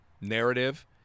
narrative